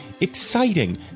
exciting